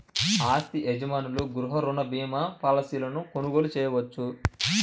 ఆస్తి యజమానులు గృహ రుణ భీమా పాలసీలను కొనుగోలు చేయవచ్చు